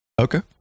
okay